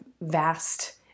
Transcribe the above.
vast